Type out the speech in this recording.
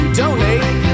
donate